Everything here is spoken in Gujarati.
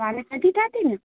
કાલે નથી થતી ને